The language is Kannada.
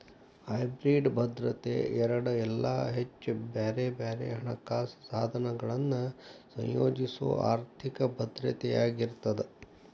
ಹೈಬ್ರಿಡ್ ಭದ್ರತೆ ಎರಡ ಇಲ್ಲಾ ಹೆಚ್ಚ ಬ್ಯಾರೆ ಬ್ಯಾರೆ ಹಣಕಾಸ ಸಾಧನಗಳನ್ನ ಸಂಯೋಜಿಸೊ ಆರ್ಥಿಕ ಭದ್ರತೆಯಾಗಿರ್ತದ